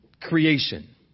creation